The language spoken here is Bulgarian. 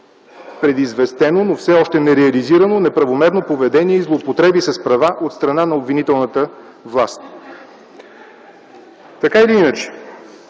предизвестено, но все още нереализирано, неправомерно поведение и злоупотреби с права от страна на обвинителната власт. Преминавам